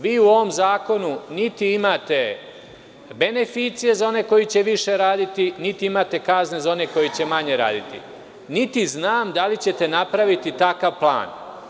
Vi u ovom zakonu niti imate beneficije za one koji će više raditi, niti imate kazne za one koji će manje raditi, niti znam da li ćete napraviti takav plan.